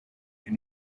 qui